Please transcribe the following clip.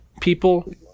people